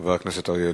חבר הכנסת אריה אלדד.